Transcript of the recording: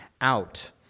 out